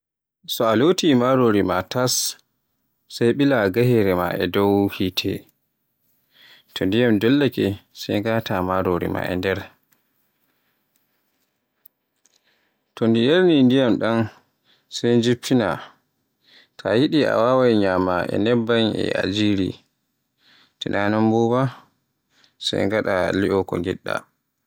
So a looti marori ma tas, sey ɓila gahere maaɗa e dow hite to ndiyam dollaake sey ngata marori e nder. To ndi yarni ndiyam ɗam sai jiffina ta yiɗi a waawai nyama e nebban e yajiri. Tina non no sey ngata li'o ko ngiɗɗa.